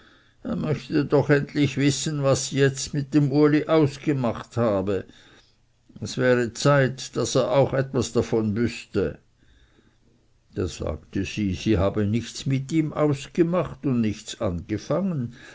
er möchte doch endlich wissen was sie jetzt mit dem uli ausgemacht habe es wäre zeit daß er auch etwas davon wüßte da sagte sie sie habe nichts mit ihm ausgemacht und nichts angefangen